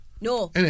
No